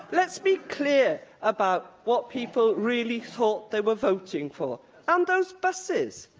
let's be clear about what people really thought they were voting for and those buses.